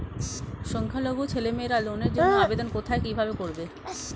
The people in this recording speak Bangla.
সংখ্যালঘু ছেলেমেয়েরা লোনের জন্য আবেদন কোথায় কিভাবে করবে?